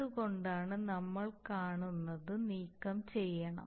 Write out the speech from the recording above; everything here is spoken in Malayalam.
എന്തുകൊണ്ടാണ് നമ്മൾ കാണുന്നത് നീക്കംചെയ്യണം